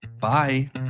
Bye